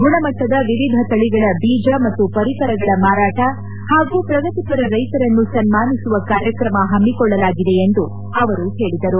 ಗುಣಮಟ್ಟದ ವಿವಿಧ ತಳಿಗಳ ಬೀಜ ಮತ್ತು ಪರಿಕರಗಳ ಮಾರಾಟ ಹಾಗೂ ಪ್ರಗತಿಪರ ರೈತರನ್ನು ಸನ್ನಾನಿಸುವ ಕಾರ್ಯಕ್ರಮ ಹಮ್ಗಿಕೊಳ್ಳಲಾಗಿದೆ ಎಂದು ಅವರು ಹೇಳಿದರು